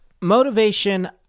Motivation